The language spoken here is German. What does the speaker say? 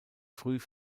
früh